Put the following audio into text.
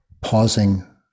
Pausing